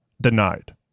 Denied